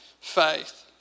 faith